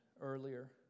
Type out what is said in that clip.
earlier